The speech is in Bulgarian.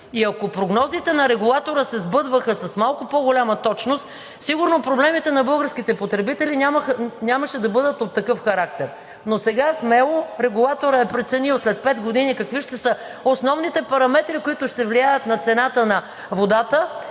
И ако прогнозите на регулатора се сбъдваха с малко по-голяма точност, сигурно проблемите на българските потребители нямаше да бъдат от такъв характер. Но сега смело регулаторът е преценил след пет години какви ще са основните параметри, които ще влияят на цената на водата,